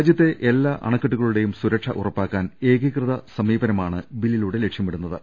രാജൃത്തെ എല്ലാ അണക്കെട്ടുകളുടെയും സുരക്ഷ ഉറപ്പാക്കാൻ ഏകീകൃത സമീപനമാണ് ബില്ലിലൂടെ ലക്ഷ്യമിടുന്ന ത്